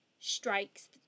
strikes